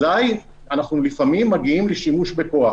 אזי אנחנו לפעמים מגיעים לשימוש בכוח